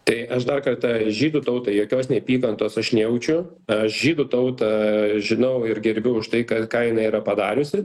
tai aš dar kartą žydų tautai jokios neapykantos aš nejaučiu aš žydų tautą žinau ir gerbiu už tai ką ką inai yra padariusi